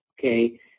okay